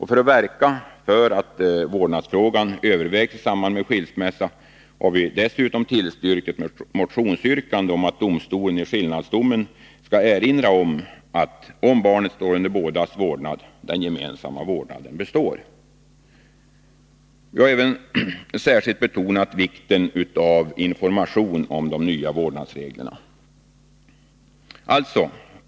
För att verka för att vårdnadsfrågan övervägs i samband med skilsmässan har vi dessutom tillstyrkt ett motionsyrkande om att domstolen i skillnadsdomen skall erinra om att den gemensamma vårdnaden består, om barnet står under båda föräldrarnas vårdnad. Vi har även särskilt betonat vikten av information om de nya vårdnadsreglerna.